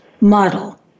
model